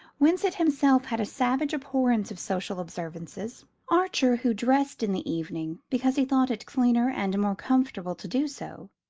winsett himself had a savage abhorrence of social observances archer, who dressed in the evening because he thought it cleaner and more comfortable to do so,